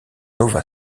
nova